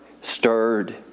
stirred